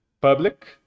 public